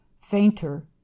fainter